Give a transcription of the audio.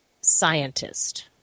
scientist